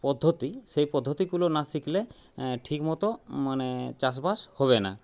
পদ্ধতি সেই পদ্ধতিগুলো না শিখলে ঠিকমতো মানে চাষ বাস হবে না